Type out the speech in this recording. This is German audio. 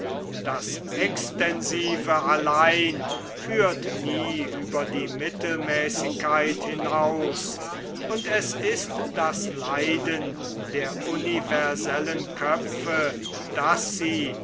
das extensive allein führt nie über die mittelmäßigkeit hinaus und es ist das leiden der universellen köpfe daß sie